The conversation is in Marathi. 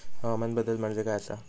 हवामान बदल म्हणजे काय आसा?